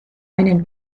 einen